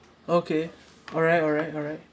okay all right all right all right